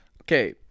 Okay